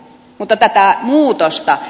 mutta tämä muutos